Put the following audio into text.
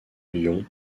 lyon